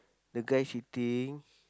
the guy sitting